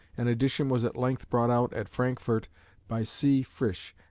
an edition was at length brought out at frankfort by c. frisch,